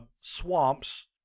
swamps